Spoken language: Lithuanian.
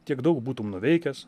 tiek daug būtum nuveikęs